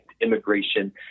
immigration